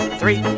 three